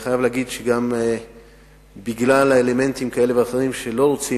אני חייב להגיד שגם בגלל אלמנטים כאלה ואחרים שלא רוצים